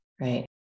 right